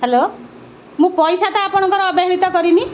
hello ମୁଁ ପଇସା ତ ଆପଣଙ୍କର ଅବହେଳିତ କରିନି